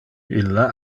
illa